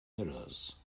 mirrors